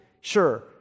Sure